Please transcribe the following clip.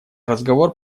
разговор